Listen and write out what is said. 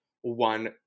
one